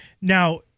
Now